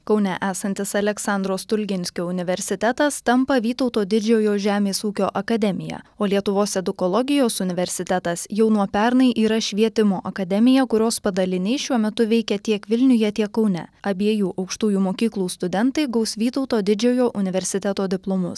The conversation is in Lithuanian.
kaune esantis aleksandro stulginskio universitetas tampa vytauto didžiojo žemės ūkio akademija o lietuvos edukologijos universitetas jau nuo pernai yra švietimo akademija kurios padaliniai šiuo metu veikia tiek vilniuje tiek kaune abiejų aukštųjų mokyklų studentai gaus vytauto didžiojo universiteto diplomus